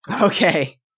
Okay